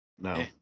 No